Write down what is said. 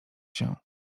się